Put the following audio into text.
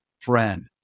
friend